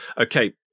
okay